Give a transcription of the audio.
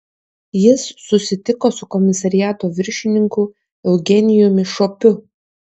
jis susitiko su komisariato viršininku eugenijumi šopiu